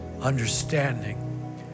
understanding